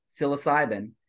psilocybin